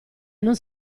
non